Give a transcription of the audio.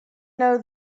know